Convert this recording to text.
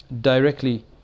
directly